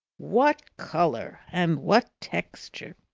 what colour, and what texture!